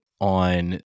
on